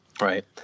Right